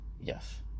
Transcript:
yes